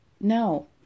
no